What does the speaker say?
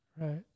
right